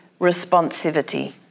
responsivity